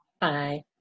Bye